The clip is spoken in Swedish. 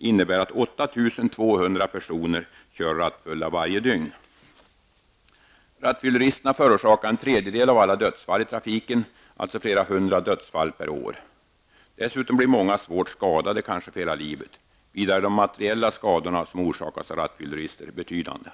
innebär att 8 200 kör rattfulla varje dag. Rattfylleristerna förorsakar en tredjedel av alla dödsfall i trafiken, alltså flera hundra dödsfall per år. Dessutom blir många svårt skadade, kanske för hela livet. Vidare är de materiella skador som orsakas av rattfyllerister betydande.